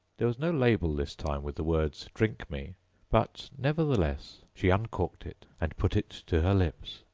there was no label this time with the words drink me but nevertheless she uncorked it and put it to her lips.